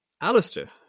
Alistair